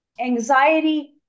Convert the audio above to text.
anxiety